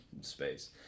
space